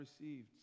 received